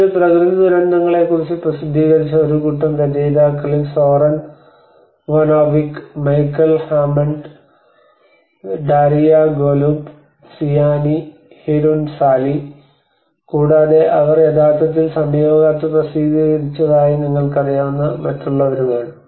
ഇത് പ്രകൃതിദുരന്തങ്ങളെ കുറിച്ച് പ്രസിദ്ധീകരിച്ച ഒരു കൂട്ടം രചയിതാക്കളിൽ Zoran Vojinovic Michael Hammond Daria Golub Sianee Hirunsalee Zoran Vojinnovic and Michael Hammond Daria Golub Sianee Hirunsalee കൂടാതെ അവർ യഥാർത്ഥത്തിൽ സമീപകാലത്ത് പ്രസിദ്ധീകരിച്ചതായി നിങ്ങൾക്കറിയാവുന്ന മറ്റുള്ളവരുമാണ്